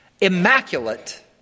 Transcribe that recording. Immaculate